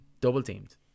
double-teamed